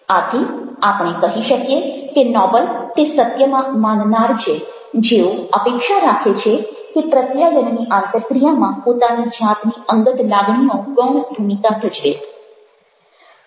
આથી આપણે કહી શકીએ કે નોબલ તે સત્યમાં માનનાર છે જેઓ અપેક્ષા રાખે છે કે પ્રત્યાયનની અંતરક્રિયામાં પોતાની જાતની અંગત લાગણીઓ ગૌણ ભૂમિકા ભજવે